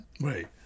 right